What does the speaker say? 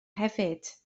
hefyd